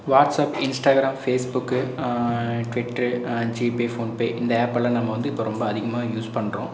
WhatsApp Instagram Facebook Twitter GPay PhonePe இந்த ஆப்பெலாம் நம்ம வந்து இப்போ ரொம்ப அதிகமாக யூஸ் பண்ணுறோம்